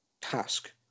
task